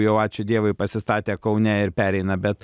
jau ačiū dievui pasistatė kaune ir pereina bet